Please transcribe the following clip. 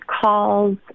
calls